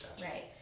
Right